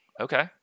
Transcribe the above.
Okay